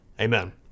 Amen